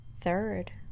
Third